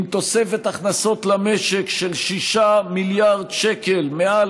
עם תוספת הכנסות למשק של 6 מיליארד שקל מעל